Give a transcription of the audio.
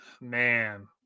man